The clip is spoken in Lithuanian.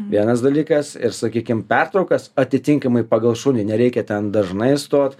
vienas dalykas ir sakykim pertraukas atitinkamai pagal šunį nereikia ten dažnai stot